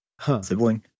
sibling